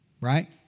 right